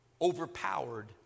overpowered